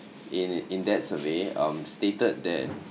in in that survey um stated that